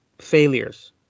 failures